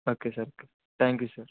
okay sir thank you sir